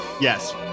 yes